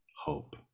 hope